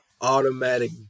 automatic